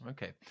Okay